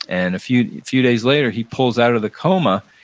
and few few days later, he pulls out of the coma,